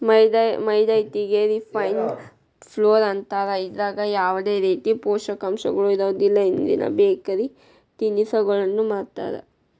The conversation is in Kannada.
ಮೈದಾ ಹಿಟ್ಟಿಗೆ ರಿಫೈನ್ಡ್ ಫ್ಲೋರ್ ಅಂತಾರ, ಇದ್ರಾಗ ಯಾವದೇ ರೇತಿ ಪೋಷಕಾಂಶಗಳು ಇರೋದಿಲ್ಲ, ಇದ್ರಿಂದ ಬೇಕರಿ ತಿನಿಸಗಳನ್ನ ಮಾಡ್ತಾರ